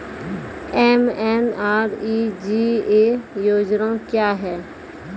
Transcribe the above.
MNREGA योजना क्या हैं?